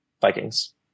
Vikings